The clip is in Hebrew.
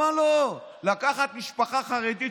לקחת משפחה חרדית,